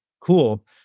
cool